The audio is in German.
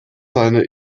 seine